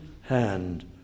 hand